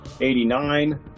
89